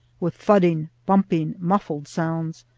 with thudding, bumping, muffled sounds,